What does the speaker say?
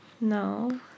No